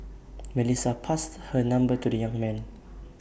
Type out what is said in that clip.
Melissa passed her number to the young man